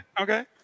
Okay